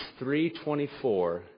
324